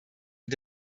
und